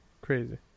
Crazy